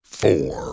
four